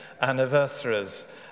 anniversaries